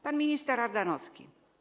Pan minister Ardanowski.